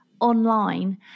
online